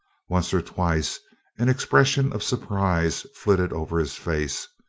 once or twice an expression of surprise flitted over his face,